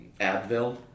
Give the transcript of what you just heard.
Advil